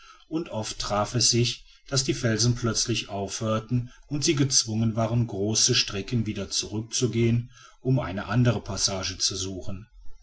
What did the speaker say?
und oft traf es sich daß die felsen plötzlich aufhörten und sie gezwungen waren große strecken wieder zurückzugehen um eine andere passage zu suchen